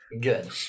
Good